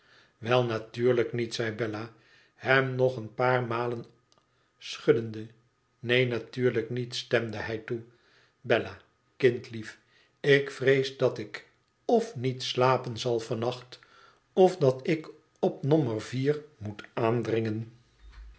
wel natuurlijk niet pa zei bella hem nog een paar malen schuddende neen natuurlijk niet stemde hij toe bella kindlief ik vrees dat ik f niet slapen zal van nacht f dat ik op nommer vier moet aandringen